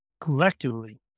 collectively